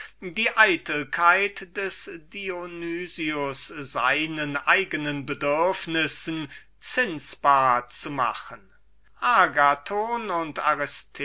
die eitelkeit des dionys seinen bedürfnissen zinsbar zu machen agathon und